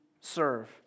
serve